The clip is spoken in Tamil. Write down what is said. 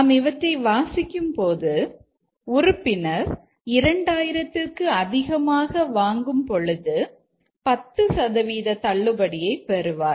நாம் இவற்றை வாசிக்கும் போது உறுப்பினர் 2000 ற்கு அதிகமாக வாங்கும்பொழுது 10 சதவீத தள்ளுபடியை பெறுவார்